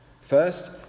First